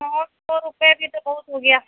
نو سو روپئے بھی تو بہت ہو گیا